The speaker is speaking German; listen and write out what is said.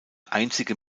einzige